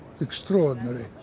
Extraordinary